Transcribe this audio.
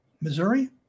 Missouri